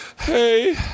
hey